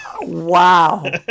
wow